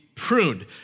pruned